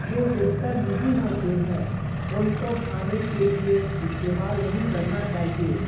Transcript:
جو بہتر نہیں ہوتے ہیں ان کو کھانے کے لیے استعمال نہیں کرنا چاہیے